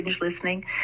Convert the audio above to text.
listening